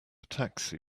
taxi